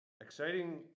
Exciting